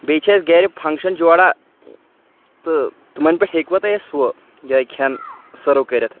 بیٚیہِ چھِ اَسہِ گَرِ فنٛگشَن جوراہ تہٕ تِمَن پٮ۪ٹھ ہیٚکِوا تُہۍ اَسہِ ہُہ یا کھٮ۪ن سٔرٕو کٔرِتھ